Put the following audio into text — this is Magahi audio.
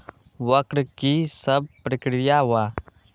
वक्र कि शव प्रकिया वा?